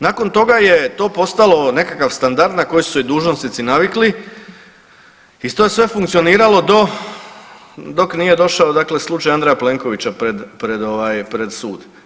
Nakon toga je to postalo nekakav standard na koji su se dužnosnici navikli, i to je sve funkcioniralo dok nije došao dakle, slučaj Andreja Plenkovića, pred sud.